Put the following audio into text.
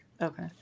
Okay